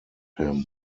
him